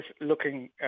looking